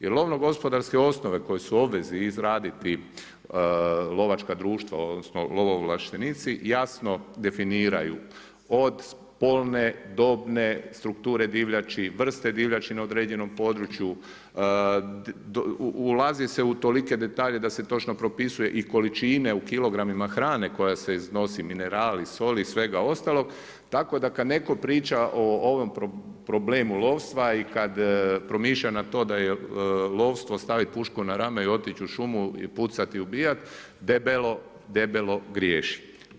Jer lovno gospodarske osnove koje su obvezni izraditi lovačka društva, odnosno lovoovlašetnici, jasno definiraju od spolne, dobne strukture divljači, vrste divljači na određenom području, ulazi se u tolike detalje da se točno propisuje i količine u kilogramima hrane koja se iznosi, minerali, soli i svega ostalog, tako kad netko priča o ovom problemu lovstva i kad promišlja na to da je lovstvo stavit pušku na rame i otići u šumu i pucat i ubijat, debelo, debelo griješi.